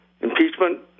impeachment